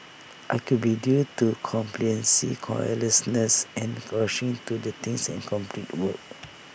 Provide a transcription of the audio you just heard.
I could be due to complacency carelessness and rushing to do things and complete work